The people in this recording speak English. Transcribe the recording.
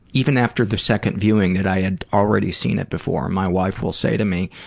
even after the second viewing, that i had already seen it before. my wife will say to me,